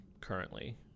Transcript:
currently